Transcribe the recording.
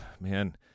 man